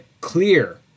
clear